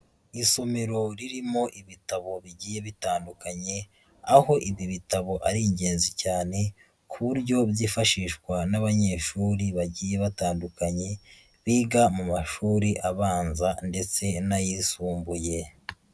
Isomero ririmo ibitabo bigiye bitandukanye, aho ibi bitabo ari ingenzi cyane, ku buryo byifashishwa n'abanyeshuri bagiye batandukanye, biga mu mashuri abanza ndetse n'ayisumbuye.